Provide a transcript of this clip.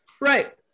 Right